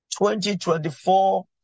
2024